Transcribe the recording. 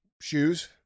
shoes